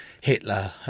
Hitler